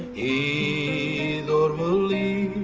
a holy